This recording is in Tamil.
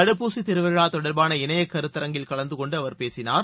தடுப்பூசி திருவிழா தொடர்பான இணைய கருத்தரங்கில் கலந்துகொண்டு அவர் பேசினார்